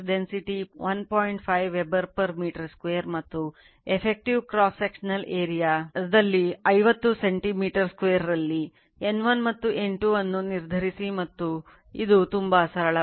N1 ಮತ್ತು N2 ಅನ್ನು ನಿರ್ಧರಿಸಿ ಇದು ತುಂಬಾ ಸರಳವಾಗಿದೆ